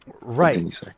right